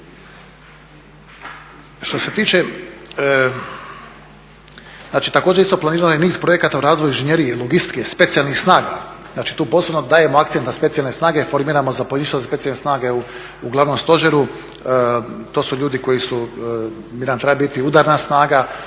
Što se tiče, znači također isto planirani niz projekata u razvoju … i logistike, specijalnih snaga, znači tu posebno dajemo akcent na specijalne snage, formiramo za … specijalne snage u glavnom stožeru. To su ljudi koji su, mir nam treba biti udarna snaga,